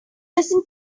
listen